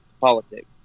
politics